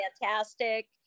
fantastic